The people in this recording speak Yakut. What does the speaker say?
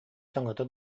саҥата